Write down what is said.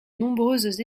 nombreuses